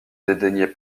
dédaignait